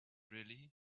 really